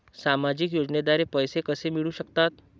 सामाजिक योजनेद्वारे पैसे कसे मिळू शकतात?